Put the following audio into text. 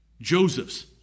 Joseph's